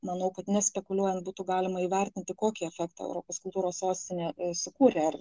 manau kad nespekuliuojant būtų galima įvertinti kokį efektą europos kultūros sostinė sukūrė ar